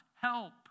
help